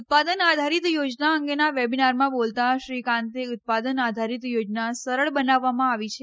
ઉત્પાદન આધારિત યોજના અંગેના વેબીનારમાં બોલતાં શ્રી કાન્તે ઉત્પાદન આધારિત યોજના સરળ બનાવવામાં આવી છે